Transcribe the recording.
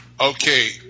okay